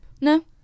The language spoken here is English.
No